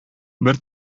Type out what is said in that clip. бер